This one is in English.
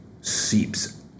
seeps